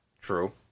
True